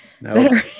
No